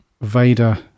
Vader